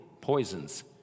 poisons